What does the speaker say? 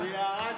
אני יכול להגיד